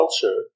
culture